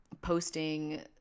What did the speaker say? posting